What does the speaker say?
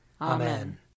Amen